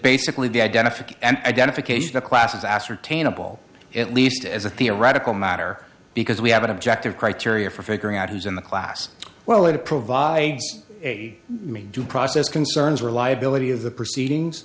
basically be identified and identification of classes ascertainable at least as a theoretical matter because we have an objective criteria for figuring out who's in the class well or to provide a due process concerns reliability of the proceedings